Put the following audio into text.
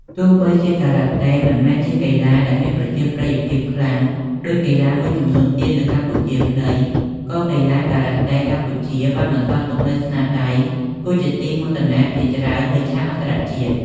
ទោះបីជាការ៉ាតេមិនមែនជាកីឡាដែលមានប្រជាប្រិយភាពខ្លាំងដូចកីឡាមួយចំនួនទៀតនៅកម្ពុជាក្ដី ក៏កីឡាករការ៉ាតេកម្ពុជាបានបន្សល់ទុកនូវស្នាដៃគួរជាទីមោទនៈជាច្រើនលើឆាកអន្តរជាតិ។។